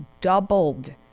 doubled